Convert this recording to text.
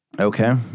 Okay